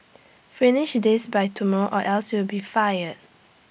finish this by tomorrow or else you'll be fired